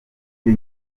jye